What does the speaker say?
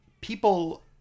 people